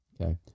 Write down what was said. Okay